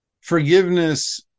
Forgiveness